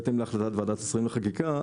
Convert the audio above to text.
בהתאם להחלטת ועדת שרים לחקיקה,